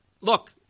Look